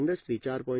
industry 4